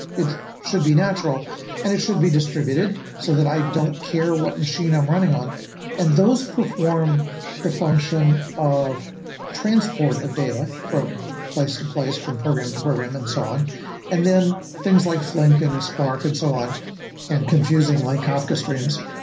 it should be natural and it should be distributed, so that i don't care what machine i'm running on those perform the function of transport of data from to place, from program to program and so on and then things like flink and and spark and so on and confusing like kafka streams,